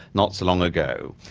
not so long ago,